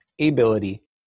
ability